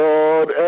Lord